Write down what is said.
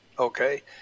Okay